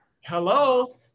Hello